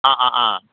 অঁ অঁ অঁ